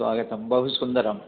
स्वागतं बहुसुन्दरम्